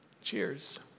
Cheers